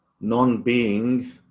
Non-being